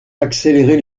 accélérer